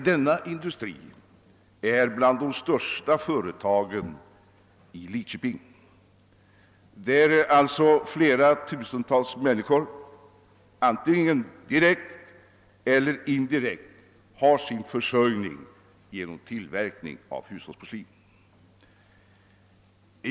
Denna industri är bland de största företagen i Lidköping, där flera tusental människor antingen direkt eller indirekt har sin försörjning genom tillverkning av hushållsporslin.